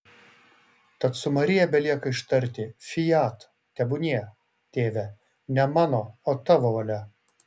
tad su marija belieka ištarti fiat tebūnie tėve ne mano o tavo valia